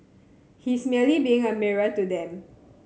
he's merely being a mirror to them